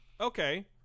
okay